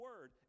word